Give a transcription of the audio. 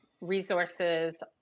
resources